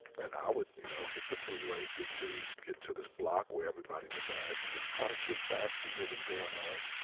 but and i would, you know, hit the freeway, get to, get to this block where everybody was at. kind of kick back, see what was goin' on.